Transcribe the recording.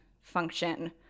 function